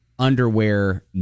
underwear